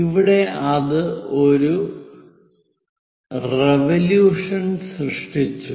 ഇവിടെ അത് ഒരു റിവൊല്യൂഷൻ സൃഷ്ടിച്ചു